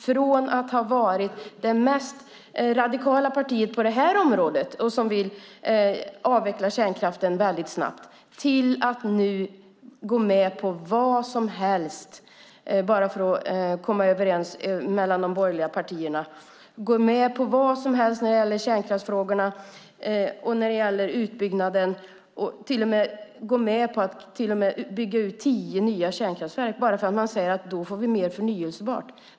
Från att ha varit det mest radikala partiet på det här området som ville avveckla kärnkraften väldigt snabbt går nu Centern med på vad som helst bara för att komma överens mellan de borgerliga partierna. Ni går med på vad som helst när det gäller kärnkraftsfrågorna och utbyggnaden. Ni går till och med med på att bygga ut tio nya kärnkraftverk, bara för att man säger att då får vi mer förnybart.